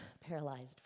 paralyzed